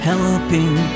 Helping